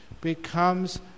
becomes